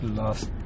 last